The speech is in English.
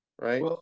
right